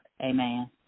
Amen